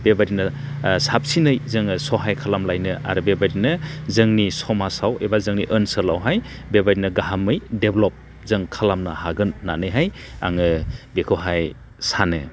बेबायदिनो साबसिनै जोङो सहाय खालामलायनो आरो बेबायदिनो जोंनि समाजाव एबा जोंनि ओंसोलावहाय बेबायदिनो गाहामै डेभेलप जों खालामनो हागोन होननानैहाय आङो बेखौहाय सानो